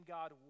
God